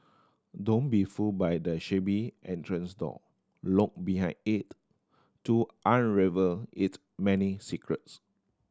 don't be fooled by the shabby entrance door look behind it to unravel its many secrets